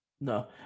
no